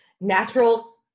Natural